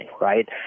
right